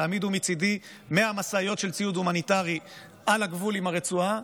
תעמידו מצידי 100 משאיות של ציוד הומניטרי על הגבול עם הרצועה,